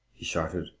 he shouted,